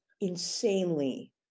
insanely